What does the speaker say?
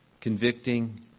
convicting